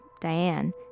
Diane